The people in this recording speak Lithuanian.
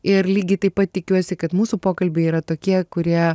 ir lygiai taip pat tikiuosi kad mūsų pokalbiai yra tokie kurie